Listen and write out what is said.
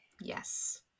Yes